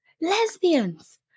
lesbians